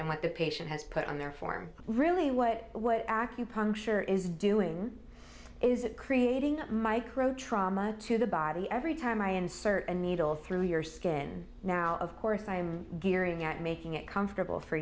than what the patient has put on their form really what what acupuncture is doing is it creating micro trauma to the body every time i insert a needle through your skin now of course i'm gearing up making it comfortable for